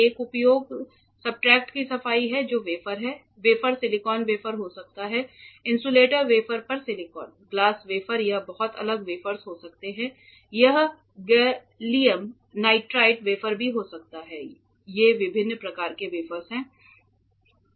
एक उपयोग सब्सट्रेट की सफाई है जो वेफर है वेफर सिलिकॉन वेफर हो सकता है इन्सुलेटर वेफर पर सिलिकॉन ग्लास वेफर यह बहुत अलग वेफर्स हो सकते है यह गैलियम नाइट्राइड वेफर भी हो सकता है ये विभिन्न प्रकार के वेफर्स हैं